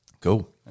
Cool